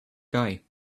guy